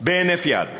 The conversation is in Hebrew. בהינף יד.